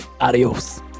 Adios